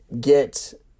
get